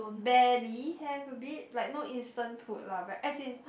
barely have a bit like no instant food lah but as in